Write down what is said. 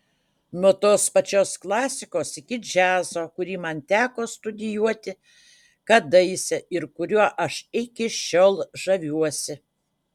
nuo tos pačios klasikos iki džiazo kurį man teko studijuoti kadaise ir kuriuo aš iki šiol žaviuosi